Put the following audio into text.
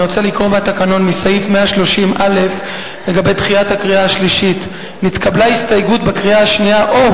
אני רוצה לקרוא מהתקנון מסעיף 130(א) לגבי דחיית הקריאה השלישית: "(א)